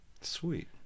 Sweet